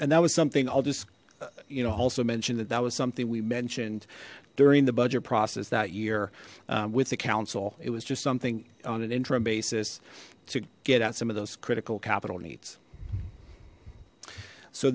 and that was something i'll just you know also mention that that was something we mentioned during the budget process that year with the council it was just something on an interim basis to get at some of those critical capital needs so